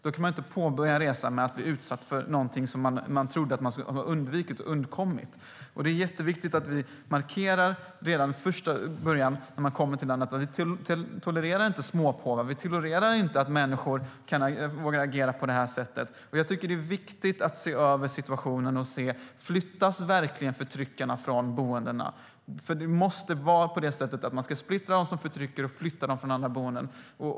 Då kan man inte påbörja resan med att bli utsatt för något som man trodde att man hade undkommit. Det är jätteviktigt att vi markerar redan i första början, när man kommer till landet, att vi inte tolererar småpåvar, att vi inte tolererar att människor vågar agera på det här sättet. Jag tycker att det är viktigt att se över situationen och se: Flyttas verkligen förtryckarna från boendena? Det måste vara så att man ska splittra dem som förtrycker och flytta dem till andra boenden.